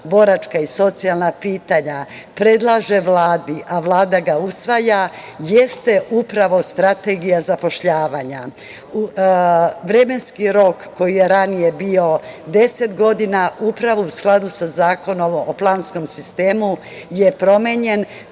boračka i socijalna pitanja, predlaže Vladi, a Vlada ga usvaja, jeste upravo strategija zapošljavanja. Vremenski rok koji je ranije bio 10 godina, upravo u skladu sa zakonom o planskom sistemu, je promenjen